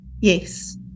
yes